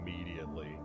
immediately